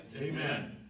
Amen